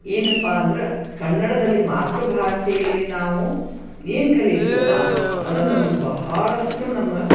ಏನಪ್ಪ ಅಂದ್ರೆ ಕನ್ನಡದಲ್ಲಿ ಮಾತೃ ಭಾಷೆಯಲ್ಲಿ ನಾವು ಏನು ಕಲಿತೀವಲ್ಲಅದು ನಮ್ಗೆ ಬಹಳಷ್ಟು ನಮ್ಗೆ